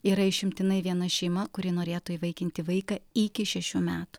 yra išimtinai viena šeima kuri norėtų įvaikinti vaiką iki šešių metų